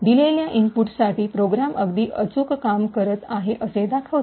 दिलेल्या इनपुटसाठी प्रोग्राम अगदी अचूक काम करत आहे असे दाखवते